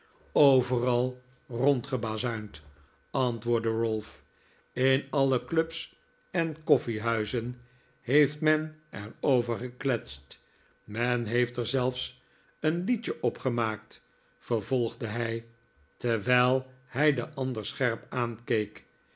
overal rondgebazuind antwoordde ralph in alle clubs en koffiehuizen heeft men er over gekletst men heeft er zelfs een liedje op gemaakt vervolgde hij terwijl hij den ander scherp aankeek